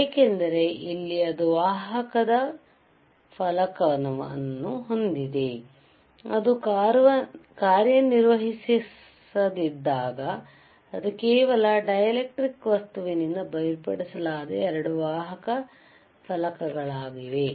ಏಕೆಂದರೆ ಇಲ್ಲಿ ಇದು ವಾಹಕ ಫಲಕವನ್ನು ಹೊಂದಿದೆ ಅದು ಕಾರ್ಯನಿರ್ವಹಿಸದಿದ್ದಾಗ ಅದು ಕೇವಲ ಡೈಎಲೆಕ್ಟ್ರಿಕ್ ವಸ್ತುವಿನಿಂದ ಬೇರ್ಪಡಿಸಲಾದ 2 ವಾಹಕ ಫಲಕಗಳಾಗಿವೆ